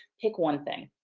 pick one thing.